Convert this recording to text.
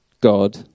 God